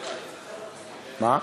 מה?